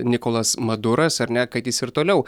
nikolas maduras ar ne kad jis ir toliau